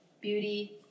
beauty